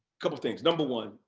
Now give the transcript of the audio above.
couple of things. number one,